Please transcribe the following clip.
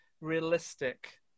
realistic